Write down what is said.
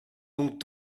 donc